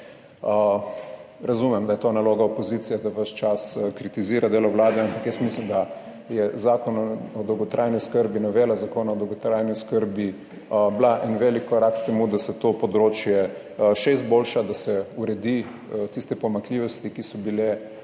Razumem, da je to naloga opozicije, da ves čas kritizira delo vlade, ampak jaz mislim, da je Zakon o dolgotrajni oskrbi, novela Zakona o dolgotrajni oskrbi bila en velik korak k temu, da se to področje še izboljša, da se uredi tiste pomanjkljivosti, ki so bile